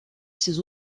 ses